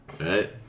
Right